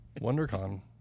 WonderCon